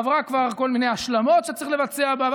עברה כבר כל מיני השלמות שצריך לבצע בה,